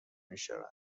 میشود